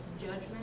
judgment